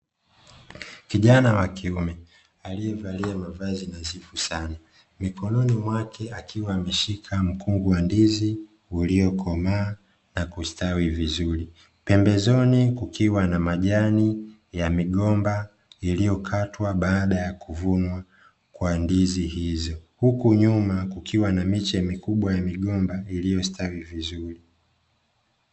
Kijana wa kiume aliyevalia mavazi nadhifu sana, mikononi mwake akiwa ameshika mkungu wa ndizi uliokomaa na kustawi vizuri, pembezoni kukiwa na majani ya migomba iliyokatwa baada ya kuvunwa kwa ndizi hizo, huku nyuma kukiwa na miche mikubwa ya migomba iliyostawi vizuri.